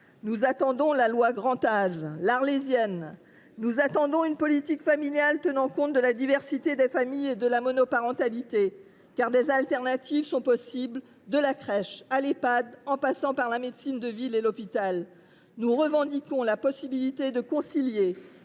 Nous attendons la loi Grand Âge – l’arlésienne. Nous attendons une politique familiale tenant compte de la diversité des familles et de la monoparentalité. Des alternatives sont possibles, de la crèche à l’Ehpad, en passant par la médecine de ville et l’hôpital. Nous revendiquons la possibilité de concilier